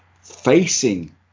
facing